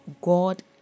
god